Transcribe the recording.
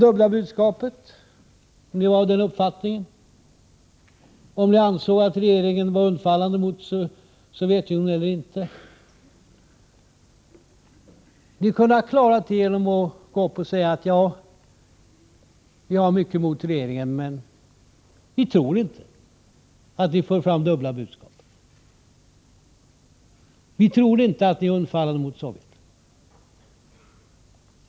Jag har frågat om ni har kvar er uppfattning om det dubbla budskapet och om ni anser att regeringen var undfallande mot Sovjetunionen eller inte. Ni kunde ha klarat detta genom att gå upp och säga: Ja, vi har mycket emot regeringen, men vi tror inte att den för dubbla budskap, vi tror inte att den är undfallande mot Sovjet.